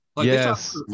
yes